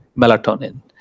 melatonin